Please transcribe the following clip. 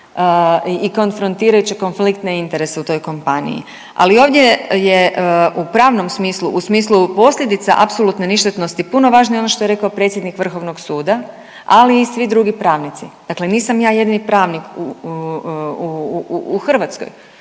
i konfrontirajuće konfliktne interese u toj kompaniji. Ali ovdje je u pravnom smislu u smislu posljedica apsolutne ništetnosti puno važnija ono što je rekao predsjednik Vrhovnog suda, ali i svi drugi pravnici. Dakle, nisam ja jedini pravnik u Hrvatskoj,